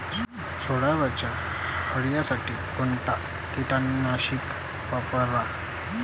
सोल्यावरच्या अळीसाठी कोनतं कीटकनाशक वापराव?